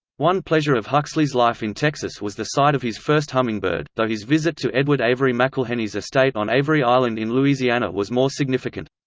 one pleasure of huxley's life in texas was the sight of his first hummingbird, though his visit to edward avery mcilhenny's estate on avery island in louisiana was more significant.